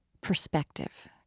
perspective